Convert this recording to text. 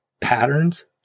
patterns